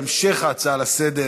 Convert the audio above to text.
ישיב על ההצעה, בהמשך ההצעה לסדר,